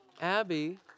Abby